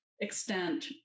extent